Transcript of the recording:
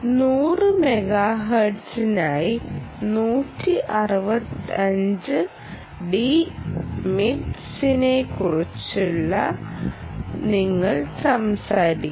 100 മെഗാഹെർട്സിനായി 165 ഡി MIPSസിനെക്കുറിച്ച് നിങ്ങൾ സംസാരിക്കും